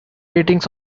ratings